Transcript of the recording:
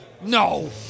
No